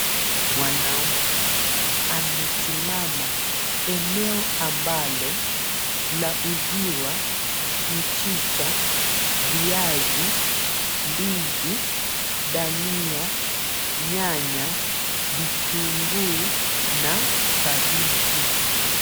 Mwanaume amesimama eneo ambalo lauziwa mchicha, viazi, ndizi, dania, nyanya, vitunguu na kabichi.